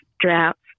droughts